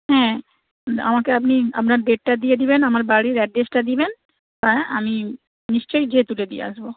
হ্যাঁ আমাকে আপনি আপনার ডেটটা দিয়ে দেবেন আপনার বাড়ির অ্যাড্রেসটা দেবেন আমি নিশ্চয়ই গিয়ে তুলে দিয়ে আসবো